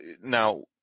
now